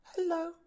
Hello